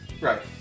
Right